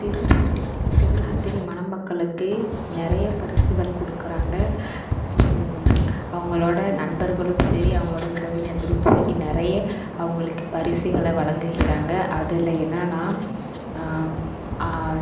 திருமணத்திற்கு திருமணத்தில் மணமக்களுக்கு நிறைய பரிசுகள் கொடுக்குறாங்க அவங்களோட நண்பர்களும் சரி அவங்களோட உறவினர்களும் சரி நிறைய அவர்களுக்கு பரிசுகளை வழங்குகிறாங்க அதில் என்னெனா